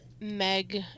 Meg